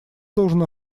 должен